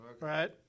right